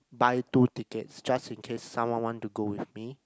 buy two tickets just in case someone want to go with me